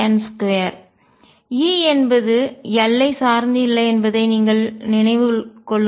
E என்பது l ஐ சார்ந்து இல்லை என்பதை நினைவில் கொள்ளுங்கள்